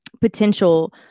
potential